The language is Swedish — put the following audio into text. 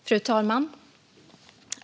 Fru talman!